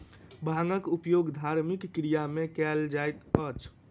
भांगक उपयोग धार्मिक क्रिया में कयल जाइत अछि